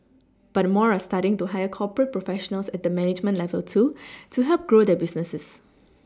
but more are starting to hire corporate professionals at the management level too to help grow their businesses